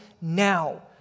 now